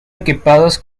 equipados